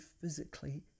physically